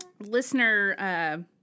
listener